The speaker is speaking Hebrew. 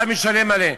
אתה משלם מלא.